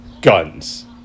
guns